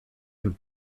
and